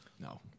No